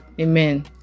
amen